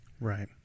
right